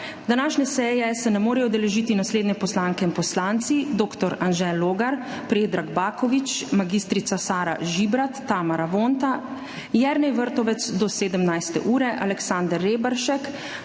Današnje seje se ne morejo udeležiti naslednje poslanke in poslanci: dr. Anže Logar, Predrag Baković, mag. Sara Žibrat, Tamara Vonta, Jernej Vrtovec do 17. ure, Aleksander Reberšek,